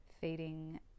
feeding